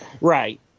Right